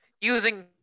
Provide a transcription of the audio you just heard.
using